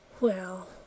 Well